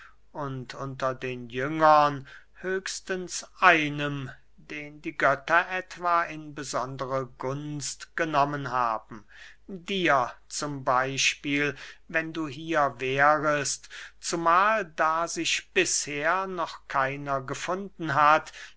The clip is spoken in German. und unter den jüngern höchstens einem den die götter etwa in besondere gunst genommen haben dir zum beyspiel wenn du hier wärest zumahl da sich bisher noch keiner gefunden hat